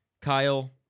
Kyle